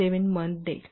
7 month देईल